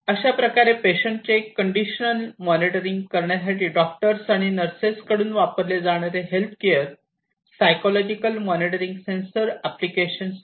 अशाप्रकारे पेशंटचे condition monitoring करण्यासाठी डॉक्टर्स आणि नर्सेस कडुन वापरले जाणारे healthcare psychological monitoring sensor application आहे